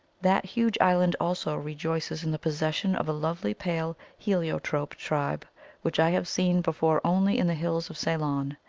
that huge island also rejoices in the possession of a lovely pale heliotrope tribe which i have seen before only in the hills of ceylon.